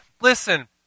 listen